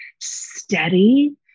steady